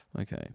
Okay